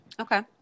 Okay